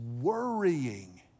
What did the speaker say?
worrying